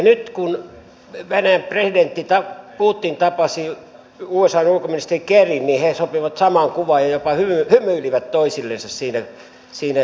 nyt kun venäjän presidentti putin tapasi usan ulkoministeri kerryn niin he sopivat samaan kuvaan ja jopa hymyilivät toisillensa siinä tv kuvassa